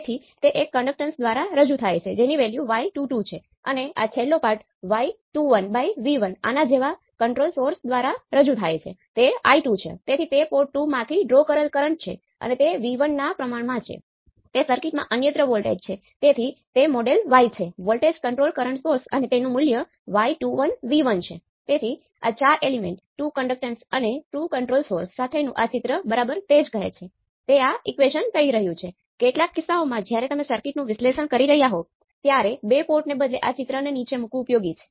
તેથી જો તમે તેને સચોટ રીતે ઉમેરો તો V0 એ k11 kA0 હશે કે જ્યાં A0 ઘણીવાર ગેઈન x Vi હોય છે